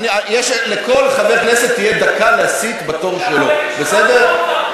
לכל חבר כנסת תהיה דקה להסית בתור שלו, בסדר?